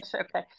Okay